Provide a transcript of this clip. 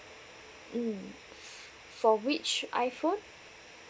mm for which iPhone